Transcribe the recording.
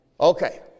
Okay